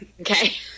okay